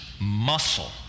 muscle